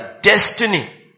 destiny